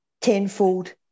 tenfold